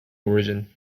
origin